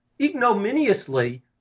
ignominiously